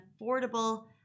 affordable